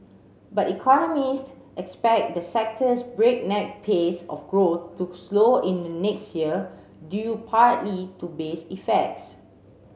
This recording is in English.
but economists expect the sector's breakneck pace of growth to slow in the next year due partly to base effects